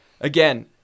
again